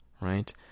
right